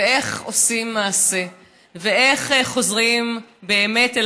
איך עושים מעשה ואיך חוזרים באמת אל